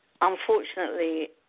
Unfortunately